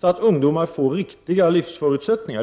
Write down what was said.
och att ungdomar får riktiga livsförutsättningar.